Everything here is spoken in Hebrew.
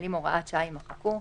המילים "(הוראת שעה)" יימחקו".